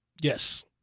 Yes